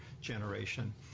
generation